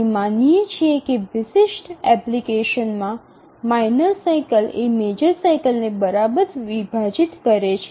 આપણે માની શકીએ છીએ કે વિશિષ્ટ એપ્લિકેશનમાં માઇનર સાઇકલ એ મેજર સાઇકલને બરાબર વિભાજિત કરે છે